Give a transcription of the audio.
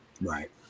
Right